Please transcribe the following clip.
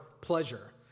pleasure